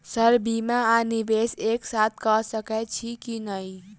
Sir बीमा आ निवेश एक साथ करऽ सकै छी की न ई?